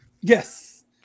Yes